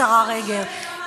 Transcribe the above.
השרה רגב,